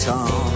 Tom